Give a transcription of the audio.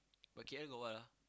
but K_L got what ah